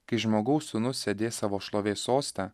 kai žmogaus sūnus sėdės savo šlovės soste